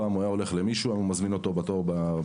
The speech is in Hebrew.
פעם הוא היה הולך למישהו והיה מזמין אותו בתור בטלפון,